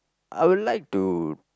I will like to